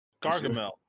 Gargamel